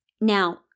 Now